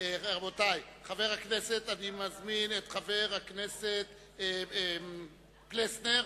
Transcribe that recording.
אני מזמין את חבר הכנסת פלסנר,